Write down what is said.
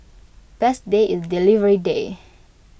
best day is delivery day